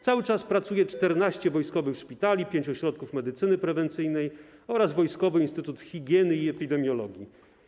Cały czas pracuje 14 wojskowych szpitali, pięć ośrodków medycyny prewencyjnej oraz Wojskowy Instytut Higieny i Epidemiologii.